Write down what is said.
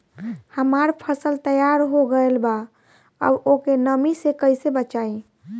हमार फसल तैयार हो गएल बा अब ओके नमी से कइसे बचाई?